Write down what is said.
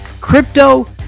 crypto